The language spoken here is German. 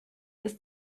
ist